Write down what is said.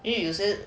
is it